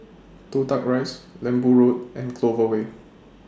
Toh Tuck Rise Lembu Road and Clover Way